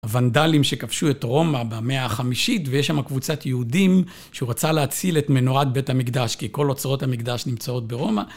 הוונדלים שכבשו את רומא במאה החמישית, ויש שם קבוצת יהודים שהוא רצה להציל את מנורת בית המקדש, כי כל אוצרות המקדש נמצאות ברומא.